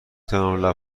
توانم